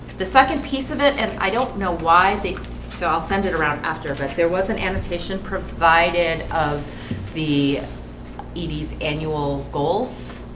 the second piece of it and i don't know why they so i'll send it around after if if there was an annotation provided of the edie's annual goals